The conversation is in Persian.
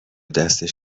دستش